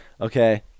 okay